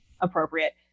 appropriate